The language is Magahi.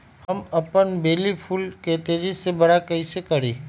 हम अपन बेली फुल के तेज़ी से बरा कईसे करी?